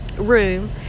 room